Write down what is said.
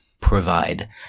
provide